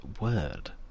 word